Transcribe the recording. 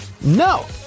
No